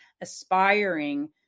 aspiring